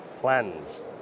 plans